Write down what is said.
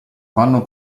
fanno